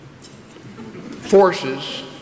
Forces